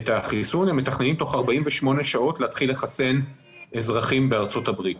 הם מתכננים בתוך 48 שעות להתחיל לחסן אזרחים בארצות-הברית.